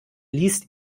liest